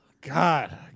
God